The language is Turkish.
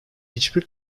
hiçbir